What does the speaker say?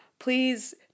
Please